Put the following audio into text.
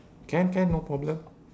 can can no problem